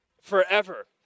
Forever